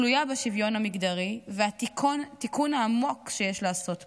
תלויה בשוויון המגדרי והתיקון העמוק שיש לעשות פה.